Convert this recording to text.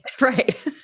Right